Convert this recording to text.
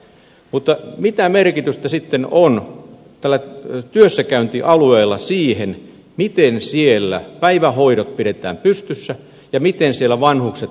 mutta mitä merkitystä sitten on tällä työssäkäyntialueella sille miten siellä päivähoidot pidetään pystyssä ja miten siellä vanhukset hoidetaan